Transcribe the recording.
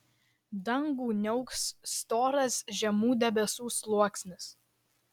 dangų niauks storas žemų debesų sluoksnis